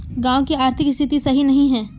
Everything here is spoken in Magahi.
गाँव की आर्थिक स्थिति सही नहीं है?